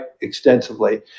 extensively